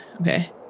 okay